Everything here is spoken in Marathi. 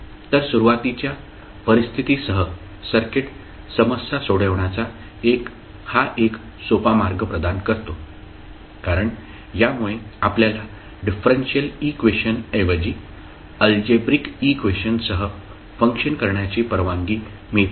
तर सुरुवातीच्या परिस्थितीसह सर्किट समस्या सोडविण्याचा हा एक सोपा मार्ग प्रदान करतो कारण यामुळे आपल्याला डिफरेंशियल इक्वेशन ऐवजी अल्जेब्रिक इक्वेशन सह फंक्शन करण्याची परवानगी मिळते